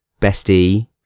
bestie